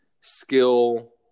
skill